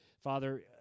Father